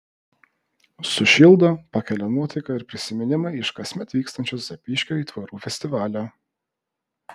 sušildo pakelia nuotaiką ir prisiminimai iš kasmet vykstančio zapyškio aitvarų festivalio